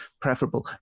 preferable